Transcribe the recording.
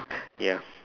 ya